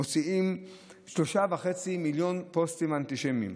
מוציאים 3.5 מיליון פוסטים אנטישמיים.